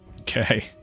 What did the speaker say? Okay